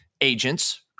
agents